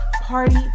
Party